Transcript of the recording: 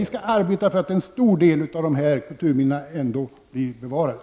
vi skall arbeta för att en stor del av kulturminnena bevaras.